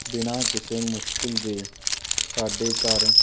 ਬਿਨਾਂ ਕਿਸੇ ਮੁਸ਼ਕਿਲ ਦੇ ਸਾਡੇ ਘਰ